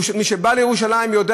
מי שבא לירושלים יודע,